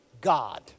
God